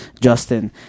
Justin